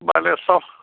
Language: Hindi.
पहले सब